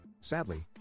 Sadly